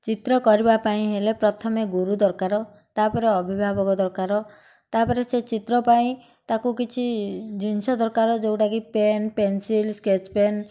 ଚିତ୍ର କରିବା ପାଇଁ ହେଲେ ପ୍ରଥମେ ଗୁରୁ ଦରକାର ତା'ପରେ ଅଭିଭାବକ ଦରକାର ତା'ପରେ ସେ ଚିତ୍ର ପାଇଁ ତାକୁ କିଛି ଜିନିଷ ଦରକାର ଯେଉଁଟାକି ପେନ୍ ପେନସିଲ୍ ସ୍କେଚପେନ୍